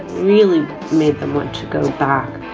really made them want to go back.